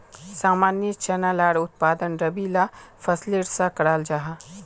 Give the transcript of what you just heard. सामान्य चना लार उत्पादन रबी ला फसलेर सा कराल जाहा